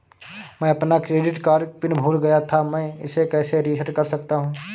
मैं अपना credit card PIN भूल गया था मैं इसे कैसे रीसेट कर सकता हूँ?